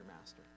master